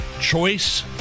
choice